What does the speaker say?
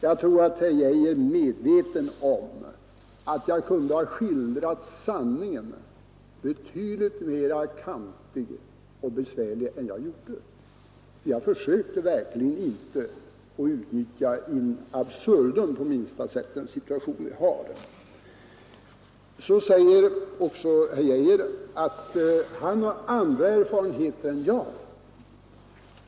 Jag tror att herr Geijer är medveten om att jag kunde ha skildrat sanningen som betydligt mera kantig och besvärlig än jag gjorde. Jag försökte verkligen inte på minsta sätt att in absurdum utnyttja den situation vi har. Nu säger herr Geijer att han har andra erfarenheter än jag.